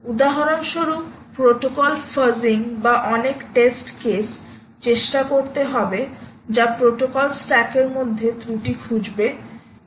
উদাহরণস্বরূপ protocol fuzzing বা অনেক টেস্ট কেস চেষ্টা করতে হবে যা প্রোটোকল স্ট্যাকের মধ্যে ত্রুটি খুঁজবে এসব আমাদের করতে হবে